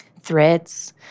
threats